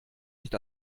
nicht